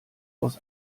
aus